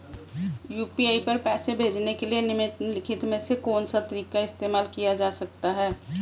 UPI पर पैसे भेजने के लिए निम्नलिखित में से कौन सा तरीका इस्तेमाल किया जा सकता है?